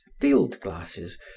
field-glasses